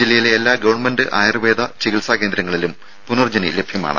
ജില്ലയിലെ എല്ലാ ഗവൺമെന്റ് ആയുർവേദ ചികിത്സാകേന്ദ്രങ്ങളിലും പുനർജനി ലഭ്യമാണ്